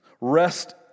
rest